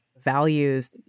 values